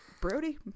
Brody